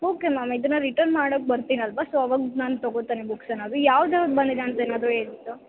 okay ma'am ಇದನ್ನು return ಮಾಡಕ್ಕೆ ಬರ್ತೀನಲ್ಲವ ಸೊ ಅವಾಗ ನಾನು ತೊಗೋತೇನೆ ಬುಕ್ಸನ್ನು ಅದು ಯಾವ್ದು ಯಾವ್ದು ಬಂದಿದೆ ಅಂತೇನಾದರು ಹೇಳ್ತೀರಾ